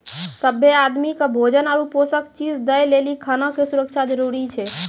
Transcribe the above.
सभ्भे आदमी के भोजन आरु पोषक चीज दय लेली खाना के सुरक्षा जरूरी छै